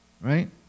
Right